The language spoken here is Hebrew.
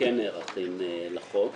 נערכים לחוק.